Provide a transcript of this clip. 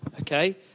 Okay